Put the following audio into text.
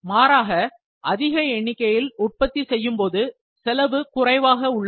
மாறாக அதிக எண்ணிக்கையில் உற்பத்தி செய்யும் போது செலவு குறைவாக உள்ளது